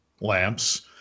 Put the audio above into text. lamps